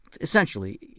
essentially